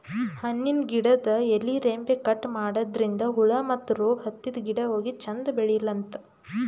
ಹಣ್ಣಿನ್ ಗಿಡದ್ ಎಲಿ ರೆಂಬೆ ಕಟ್ ಮಾಡದ್ರಿನ್ದ ಹುಳ ಮತ್ತ್ ರೋಗ್ ಹತ್ತಿದ್ ಗಿಡ ಹೋಗಿ ಚಂದ್ ಬೆಳಿಲಂತ್